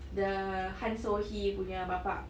the han so hee punya bapa